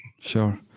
Sure